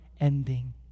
ending